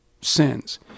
sins